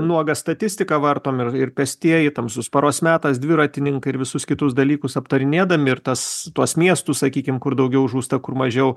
nuogą statistiką vartom ir ir pėstieji tamsus paros metas dviratininkai ir visus kitus dalykus aptarinėdami ir tas tuos miestus sakykim kur daugiau žūsta kur mažiau